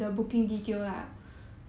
orh